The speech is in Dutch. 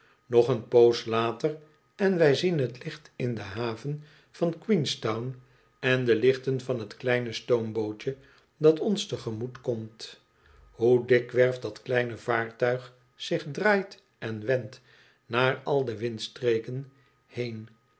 nog een poos later en wij zien het licht in de haven van queenstown en de lichten van het kleine stoom bootje dat ons tegemoet komt hoe dikwerf dat kleine vaartuig zich draait en wendt naar al de windstreken heen